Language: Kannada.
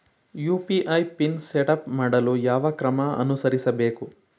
ಯು.ಪಿ.ಐ ಪಿನ್ ಸೆಟಪ್ ಮಾಡಲು ಯಾವ ಕ್ರಮ ಅನುಸರಿಸಬೇಕು?